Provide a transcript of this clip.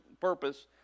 purpose